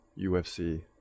UFC